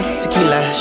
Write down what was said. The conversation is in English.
tequila